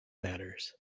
matters